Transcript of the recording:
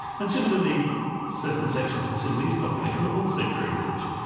and similiarly certain sections of the sinhalese population were also privileged.